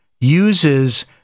uses